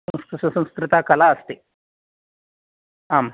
संस्कृता कला अस्ति आम्